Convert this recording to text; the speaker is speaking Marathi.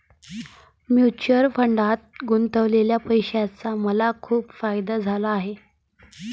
म्युच्युअल फंडात गुंतवलेल्या पैशाचा मला खूप फायदा झाला आहे